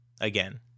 again